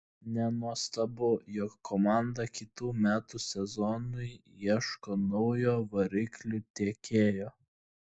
nenuostabu jog komanda kitų metų sezonui ieško naujo variklių tiekėjo